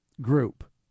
group